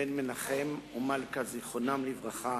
בן מנחם ומלכה, זכרם לברכה,